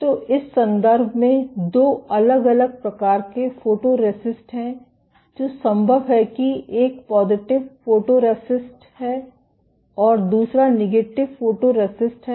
तो इस संदर्भ में दो अलग अलग प्रकार के फोटोरेसिस्ट हैं जो संभव हैं कि एक पॉजिटिव फोटोरिस्टिस्टहै और दूसरा नेगेटिव फोटोरेसिस्ट है